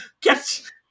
catch